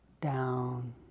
down